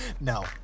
No